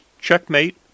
Checkmate